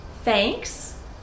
thanks